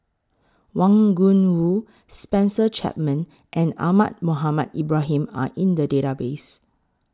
Wang Gungwu Spencer Chapman and Ahmad Mohamed Ibrahim Are in The Database